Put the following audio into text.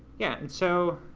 yeah, and so